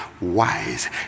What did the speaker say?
wise